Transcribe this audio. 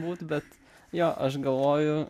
būt bet jo aš galvoju